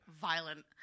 violent